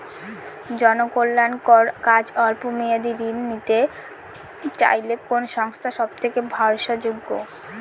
জনকল্যাণকর কাজে অল্প মেয়াদী ঋণ নিতে চাইলে কোন সংস্থা সবথেকে ভরসাযোগ্য?